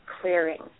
clearing